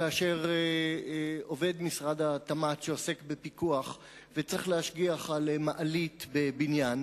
כאשר עובד משרד התמ"ת עוסק בפיקוח וצריך להשגיח על מעלית בבניין,